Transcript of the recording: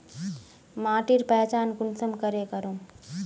माटिर पहचान कुंसम करे करूम?